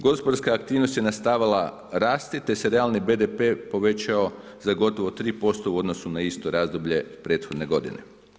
Gospodarska aktivnost je nastavila rasti, te se realni BDP povećao za gotovo 3% u odnosu na isto razdoblje prethodne godine.